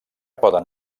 poden